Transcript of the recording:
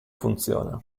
funziona